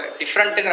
different